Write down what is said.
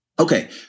Okay